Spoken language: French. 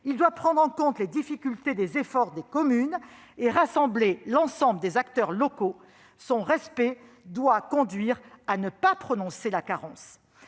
Il doit prendre en compte les difficultés et les efforts des communes et rassembler l'ensemble des acteurs locaux. Son respect doit conduire à ne pas prononcer la carence.